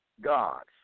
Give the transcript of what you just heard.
gods